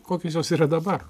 kokios jos yra dabar